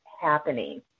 happening